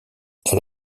elle